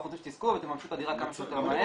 אנחנו רוצים שתזכו ותממשו את הדירה כמה שיותר מהר,